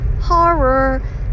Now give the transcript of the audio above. horror